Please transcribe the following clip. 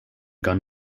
gun